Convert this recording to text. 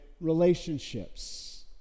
relationships